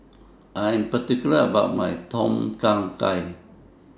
I Am particular about My Tom Kha Gai